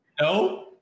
no